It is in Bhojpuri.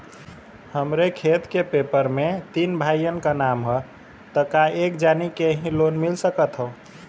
हमरे खेत के पेपर मे तीन भाइयन क नाम ह त का एक जानी के ही लोन मिल सकत ह?